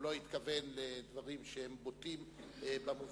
הוא לא התכוון לדברים, שהם בוטים במובן